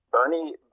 Bernie